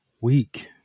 week